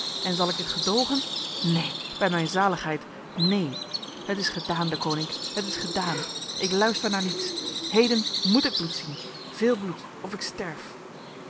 en zal ik dit gedogen neen bij mijn zaligheid neen het is gedaan deconinck het is gedaan ik luister naar niets heden moet ik bloed zien veel bloed of ik sterf